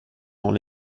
rend